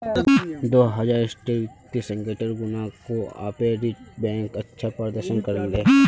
दो हज़ार साटेर वित्तीय संकटेर खुणा कोआपरेटिव बैंक अच्छा प्रदर्शन कर ले